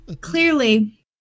clearly